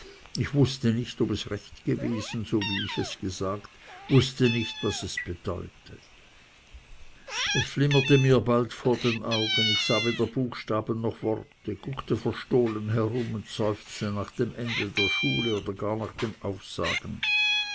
ich wußte nicht ob es recht gewesen so wie ich es gesagt wußte nicht was es bedeute es flimmerte mir bald vor den augen ich sah weder buchstaben noch worte mehr guckte verstohlen herum seufzte nach dem ende der schule oder gar nach dem aufsagen